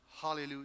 Hallelujah